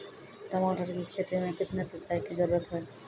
टमाटर की खेती मे कितने सिंचाई की जरूरत हैं?